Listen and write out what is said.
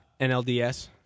NLDS